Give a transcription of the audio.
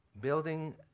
Building